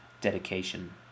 dedication